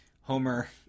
Homer